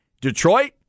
Detroit